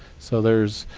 so there's